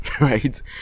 right